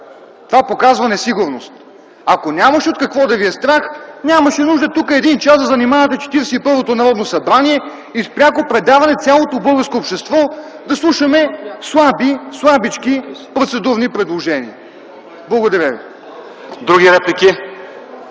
Това показва несигурност. Ако нямаше от какво да ви е страх, нямаше нужда тук един час да занимавате Четиридесет и първото Народно събрание и с пряко предаване цялото българско общество да слушаме слаби, слабички процедурни предложения. Благодаря ви. ПРЕДСЕДАТЕЛ